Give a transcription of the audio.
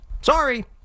Sorry